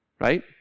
right